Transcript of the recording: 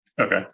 Okay